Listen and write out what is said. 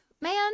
man